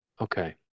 okay